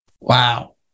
Wow